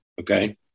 Okay